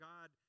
God